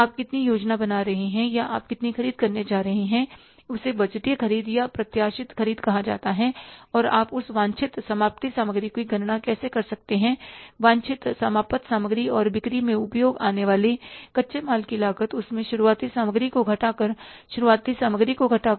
आप कितनी योजना बनाने जा रहे हैं या आप कितनी ख़रीद करने जा रहे हैं उसे बजटीय ख़रीद या प्रत्याशित ख़रीद कहा जाता है और आप उस वांछित समाप्ति सामग्री की गणना कैसे कर सकते हैं वांछित समापन सामग्री और बिक्री में उपयोग आने वाले कच्चे माल की लागत उसमें शुरुआती सामग्री को घटाकर शुरुआती सामग्री को घटाकर